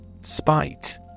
Spite